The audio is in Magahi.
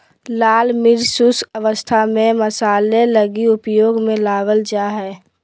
लाल मिर्च शुष्क अवस्था में मसाले लगी उपयोग में लाबल जा हइ